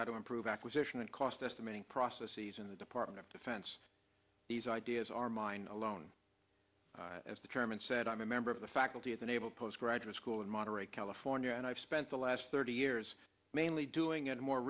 how to improve acquisition and cost estimating processes in the department of defense these ideas are mine alone as the chairman said i'm a member of the faculty at the naval postgraduate school in monterey california and i've spent the last thirty years mainly doing it more